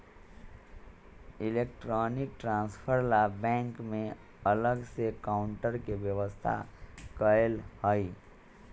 electronic transfer ला bank में अलग से काउंटर के व्यवस्था कएल हई